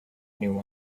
new